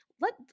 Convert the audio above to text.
let